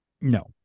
No